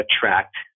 attract